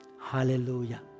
Hallelujah